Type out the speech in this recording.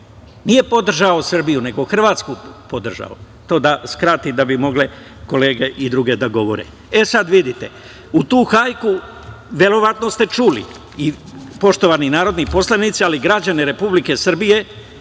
Nije podržao Srbiju, nego Hrvatsku. Da skratim, da bi mogle i druge kolege da govore. E sad vidite, u tu hajku, verovatno ste čuli, poštovani narodni poslanici, ali i građani Republike Srbije,